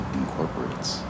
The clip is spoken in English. incorporates